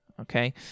okay